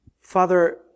Father